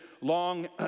long